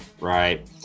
right